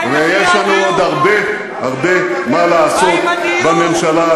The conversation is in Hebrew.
יש עוד הרבה הרבה מה לעשות בממשלה.